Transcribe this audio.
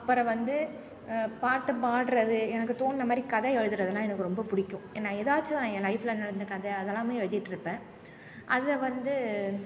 அப்புறம் வந்து பாட்டு பாடுறது எனக்கு தோணுன மாதிரி கதை எழுதுகிறதுனா எனக்கு ரொம்ப பிடிக்கும் என்ன எதாச்சும் என் லைஃப்ல நடந்த கதை அதெல்லாமே எழுதிகிட்ருப்பேன் அதை வந்து